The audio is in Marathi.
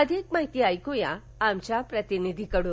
अधिक माहिती ऐकुया आमच्या प्रतिनिधीकडून